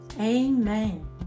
amen